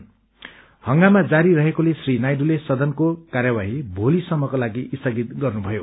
इंगामा जारी रहेकोले श्री नायडूले सदनको कार्यवाही भोलिसम्मको लागि स्थगित गरियो